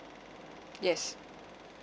yes